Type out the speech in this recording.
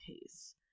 case